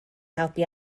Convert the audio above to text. helpu